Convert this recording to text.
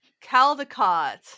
Caldecott